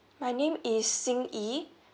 my name is xin yee